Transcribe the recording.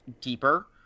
deeper